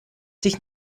dich